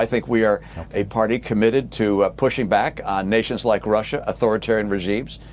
think we are a party committed to pushing back on nations like russia, authoritarian regimes.